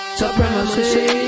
supremacy